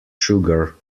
sugar